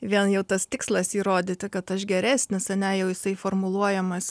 vien jau tas tikslas įrodyti kad aš geresnis ane jau jisai formuluojamas